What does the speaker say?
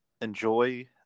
enjoy